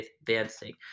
advancing